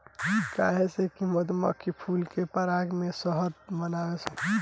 काहे से कि मधुमक्खी फूल के पराग से शहद बनावेली सन